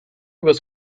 was